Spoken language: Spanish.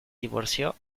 divorció